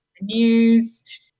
news